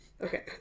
Okay